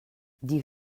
die